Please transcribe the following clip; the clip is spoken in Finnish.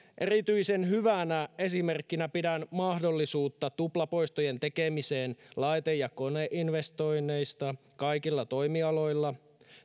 erityisen hyvänä esimerkkinä pidän mahdollisuutta tuplapoistojen tekemiseen laite ja koneinvestoinneista kaikilla toimialoilla